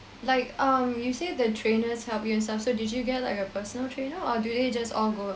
like um you say the trainers help you and stuff so did you get like a personal trainer or do they just all go